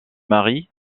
marie